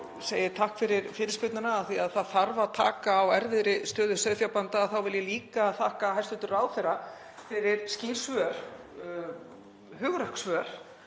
ég segi takk fyrir fyrirspurnina, af því að það þarf að taka á erfiðri stöðu sauðfjárbænda, þá vil ég líka þakka hæstv. ráðherra fyrir skýr svör, hugrökk svör.